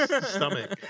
stomach